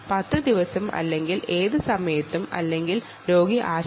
10 ദിവസം അല്ലെങ്കിൽ ഏത് സമയത്തും അതിനു കഴിയും